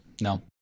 No